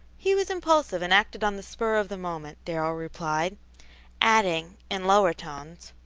he was impulsive and acted on the spur of the moment, darrell replied adding, in lower tones,